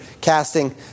casting